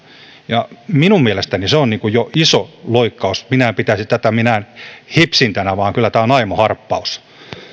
ja minun mielestäni se on jo iso loikkaus minä en pitäisi tätä minään hipsintänä vaan kyllä tämä on aimo harppaus